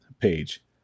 page